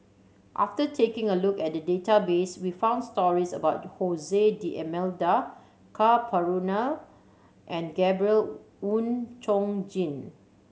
after taking a look at the database we found stories about D'Almeida Ka Perumal and Gabriel Oon Chong Jin